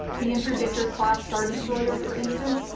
the interdictor class star destroyer for instance,